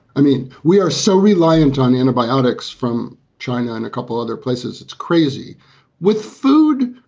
i mean, we are so reliant on antibiotics from china and a couple other places. it's crazy with food.